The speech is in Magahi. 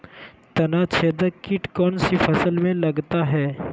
तनाछेदक किट कौन सी फसल में लगता है?